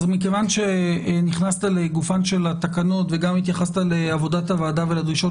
אז מכיוון שנכנסת לגופן של התקנות וגם התייחסת לעבודת הוועדה ולדרישות